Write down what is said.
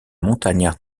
montagnard